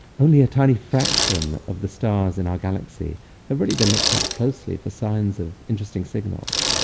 only a tiny fraction of the stars in our galaxy have really been looked at closely for signs of interesting signals.